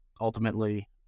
ultimately